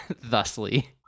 thusly